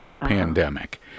pandemic